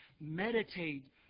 meditate